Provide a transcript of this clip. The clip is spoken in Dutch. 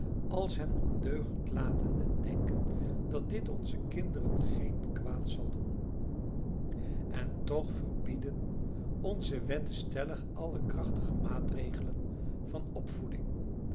als hen ondeugend laten en denken dat dit onzen kinderen geen kwaad zal doen en toch verbieden onze wetten stellig alle krachtige maatregelen van opvoeding